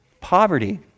poverty